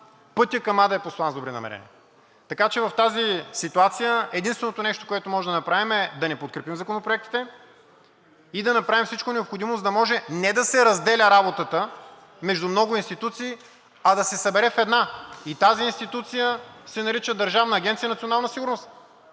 пътят към ада е постлан с добри намерения. Така че в тази ситуация единственото нещо, което можем да направим, е да не подкрепим законопроектите и да направим всичко необходимо, за да може не да се разделя работата между много институции, а да се събере в една и тази институция се нарича Държавна агенция „Национална сигурност“.